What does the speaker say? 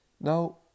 Now